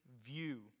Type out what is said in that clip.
view